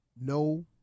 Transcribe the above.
No